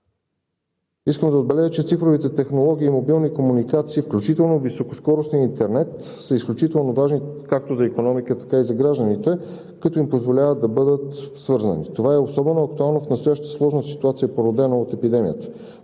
Искам да отбележа, че цифровите технологии на отделни комуникации, включително високоскоростният интернет, са изключително важни както за икономиката, така и за гражданите, като им позволява да бъдат свързани. Това е особено актуално в настоящата сложна ситуация, породена от епидемията.